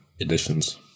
editions